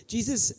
Jesus